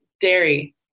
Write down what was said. dairy